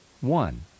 one